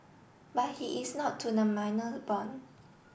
but he is not to the minor born